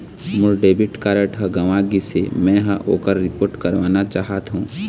मोर debit card ह गंवा गिसे, मै ह ओकर रिपोर्ट करवाना चाहथों